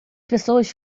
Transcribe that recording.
pessoas